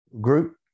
group